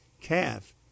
calf